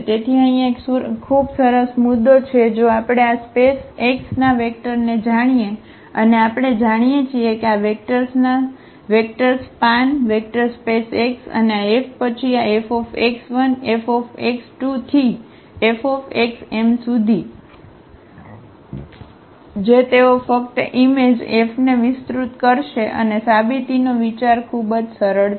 તેથી અહીં એક ખૂબ સરસ મુદ્દો છે જો આપણે આ સ્પેસ x ના વેક્ટરને જાણીએ અને આપણે જાણીએ છીએ કે આ vectors span vector space x અને આ F પછી આ Fx1Fx2F જે તેઓ ફક્ત ઈમેજ F ને વિસ્તૃત કરશે અને સાબિતીનો વિચાર ખૂબ જ સરળ છે